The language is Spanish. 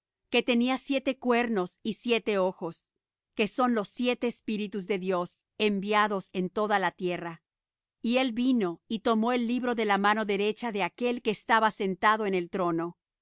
que tenía siete cuernos y siete ojos que son los siete espíritus de dios enviados en toda la tierra y él vino y tomó el libro de la mano derecha de aquel que estaba sentado en el trono